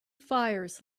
fires